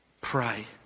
pray